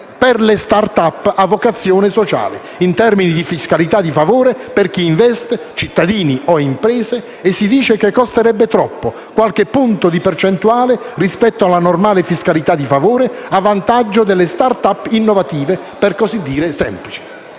per le *start-up* a vocazione sociale in termini di fiscalità di favore per chi investe - cittadini o imprese - e si dice che costerebbe troppo (qualche punto percentuale rispetto alla normale fiscalità di favore, a vantaggio delle *start-up* innovative, per così dire, semplici).